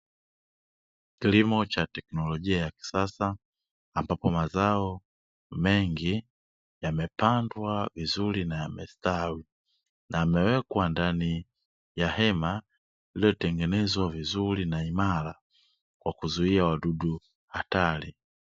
Kilimo cha teknolojia ya kisasa ambapo mazao mengi yamepandwa vizuri na yamestawi na yamewekwa ndani ya hema liliotengenezwa vizuri na imara kwa kuzuia wadudu hatari